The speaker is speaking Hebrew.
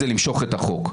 זה למשוך את החוק.